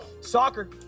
Soccer